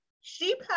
sheep